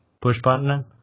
push-button